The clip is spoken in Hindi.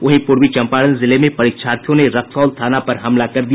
वहीं पूर्वी चंपारण जिले में परीक्षार्थियों ने रक्सौल थाना पर हमला कर दिया